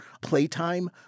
playtime